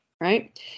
right